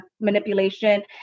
manipulation